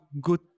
good